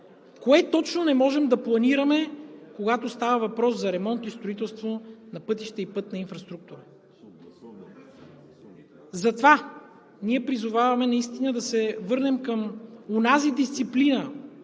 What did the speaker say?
Кое точно не можем да планираме, когато става въпрос за ремонт и строителство на пътища и пътна инфраструктура? Затова ние призоваваме наистина да се върнем към онази дисциплина,